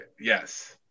yes